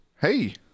hey